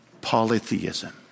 polytheism